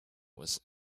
was